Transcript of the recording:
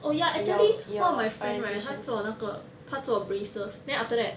oh ya actually one of my friend right 他做那个他做 braces then after that